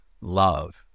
love